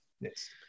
Yes